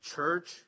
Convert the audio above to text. Church